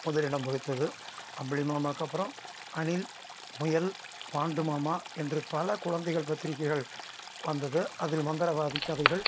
முதலிடம் வகித்தது அம்புலி மாமாவுக்கு அப்புறம் அணில் முயல் பாண்டு மாமா என்று பல குழந்தைகள் பத்திரிக்கைகள் வந்தது அதில் மந்திரவாதிக் கதைகள்